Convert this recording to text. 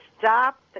Stop